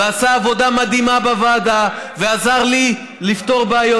ועשה עבודה מדהימה בוועדה ועזר לי לפתור בעיות.